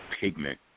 pigment